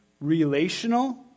relational